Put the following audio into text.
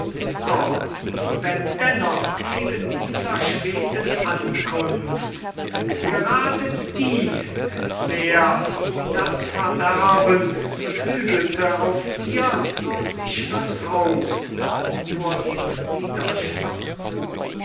gordon wenn dennoch eben dieser schweden ankunft gerade die es wär die das verderben beflügelte auf ihr so sichres haupt vor ihm niederstürzend